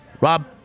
Rob